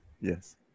yes